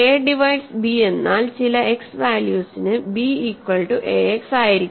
A divides b എന്നാൽ ചില x വാല്യൂസിന് bഈക്വൽ റ്റു ax ആയിരിക്കും